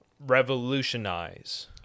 revolutionize